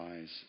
eyes